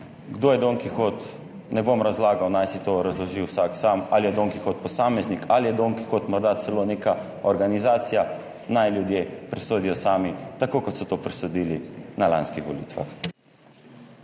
Kdo je Don Kihot ne bom razlagal, naj si to razloži vsak sam, ali je Don Kihot posameznik ali je Don Kihot morda celo neka organizacija, naj ljudje presodijo sami, tako kot so to presodili na lanskih volitvah.